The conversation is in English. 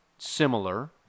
Similar